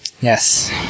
Yes